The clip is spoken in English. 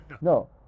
No